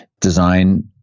design